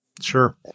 Sure